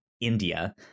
india